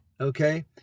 Okay